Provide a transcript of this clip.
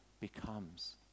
Becomes